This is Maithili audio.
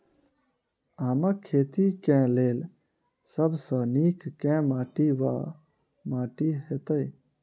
आमक खेती केँ लेल सब सऽ नीक केँ माटि वा माटि हेतै?